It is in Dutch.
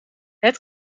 het